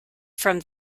from